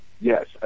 Yes